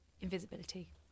Invisibility